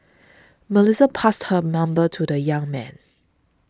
Melissa passed her number to the young man